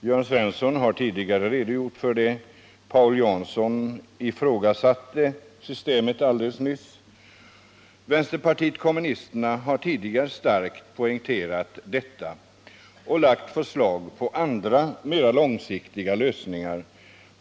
Jörn Svensson har tidigare redogjort för det, och Paul Jansson ifrågasatte systemet alldeles nyss. Vänsterpartiet kommunisterna har tidigare starkt poängterat detta och lagt fram förslag till andra, mer långsiktiga lösningar.